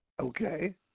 Okay